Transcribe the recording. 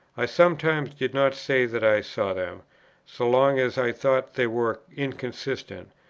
i sometimes did not say that i saw them so long as i thought they were inconsistent,